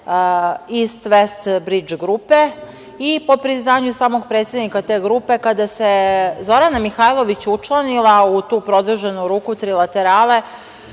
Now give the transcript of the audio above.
"Ist Vest Bridž grupe" i po priznanju samog predsednika te grupe, kada se Zorana Mihajlović učlanila u tu produženu ruku trilaterale,